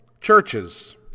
churches